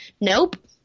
Nope